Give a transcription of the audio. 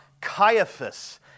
Caiaphas